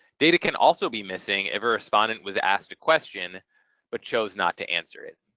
data can also be missing if a respondent was asked a question but chose not to answer it.